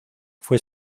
fue